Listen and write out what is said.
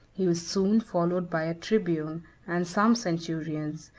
he was soon followed by a tribune and some centurions,